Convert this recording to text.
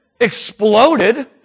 exploded